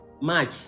March